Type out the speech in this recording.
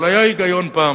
אבל היה היגיון פעם,